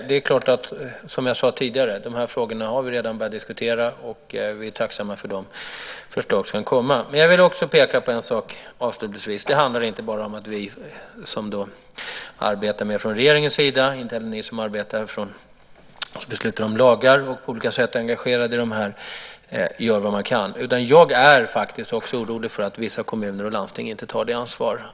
Fru talman! Som jag sade tidigare har vi redan börjat diskutera de här frågorna och är tacksamma för de förslag som kommer. Avslutningsvis vill jag peka på en sak. Det handlar inte bara om att vi som arbetar med detta från regeringens sida och ni som beslutar om lagar och på olika sätt är engagerade i detta gör vad vi kan, utan jag är faktiskt också orolig för att vissa kommuner och landsting inte tar sitt ansvar.